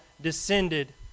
descended